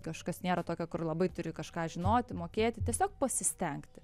kažkas nėra tokio kur labai turi kažką žinoti mokėti tiesiog pasistengti